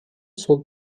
сол